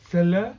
sele~